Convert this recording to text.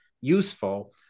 useful